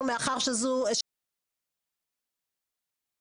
אנחנו מאחר שזה דיון ראשון,